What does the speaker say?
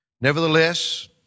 Nevertheless